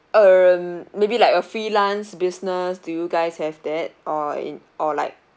um maybe like a freelance business do you guys have that or it or like